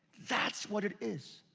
that's what it is.